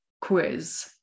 quiz